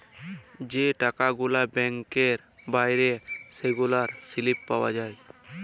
যে টাকা গুলা ব্যাংকে ভ্যইরে সেগলার সিলিপ পাউয়া যায়